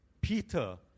Peter